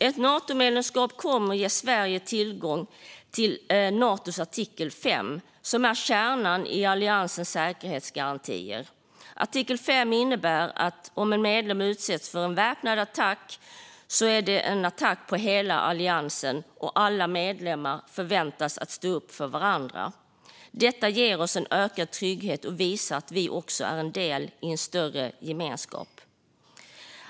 Ett Natomedlemskap kommer att ge Sverige tillgång till Natos artikel 5, som är kärnan i alliansens säkerhetsgarantier. Artikel 5 innebär att om en medlem utsätts för en väpnad attack är det en attack på hela alliansen och alla medlemmar förväntas stå upp för varandra. Detta ger oss ökad trygghet och visar att vi också är en del i en större gemenskap.